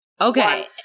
Okay